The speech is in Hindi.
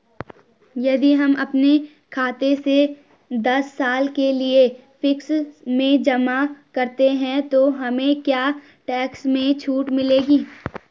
यदि हम अपने खाते से दस साल के लिए फिक्स में जमा करते हैं तो हमें क्या टैक्स में छूट मिलेगी?